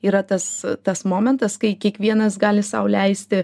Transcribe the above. yra tas tas momentas kai kiekvienas gali sau leisti